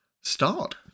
start